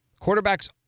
Quarterbacks